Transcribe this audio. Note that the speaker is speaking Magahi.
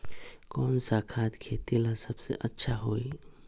कौन सा खाद खेती ला सबसे अच्छा होई?